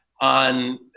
on